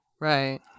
right